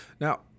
now